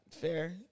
Fair